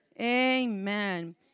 Amen